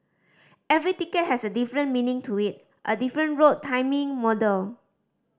every ticket has a different meaning to it a different route timing model